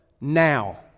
now